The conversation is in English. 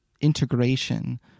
integration